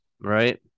right